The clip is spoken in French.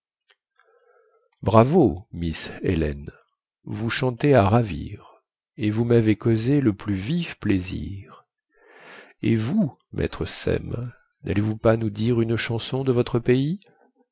bravo miss ellen vous chantez à ravir et vous mavez causé le plus vif plaisir et vous maître sem nallez vous pas nous dire une chanson de votre pays